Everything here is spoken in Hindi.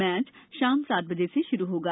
मैच शाम सात बजे से शुरू होगा